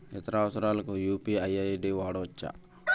ఇతర అవసరాలకు UPI ID వాడవచ్చా?